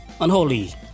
Unholy